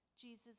jesus